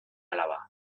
alaba